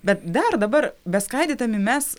bet dar dabar beskaidydami mes